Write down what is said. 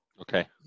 Okay